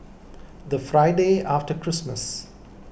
the Friday after Christmas